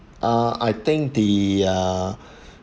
ah I think the uh